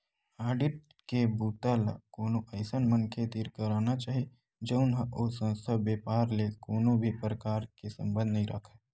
audit के बूता ल कोनो अइसन मनखे तीर कराना चाही जउन ह ओ संस्था, बेपार ले कोनो भी परकार के संबंध नइ राखय